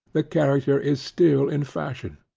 the character is still in fashion.